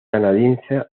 canadiense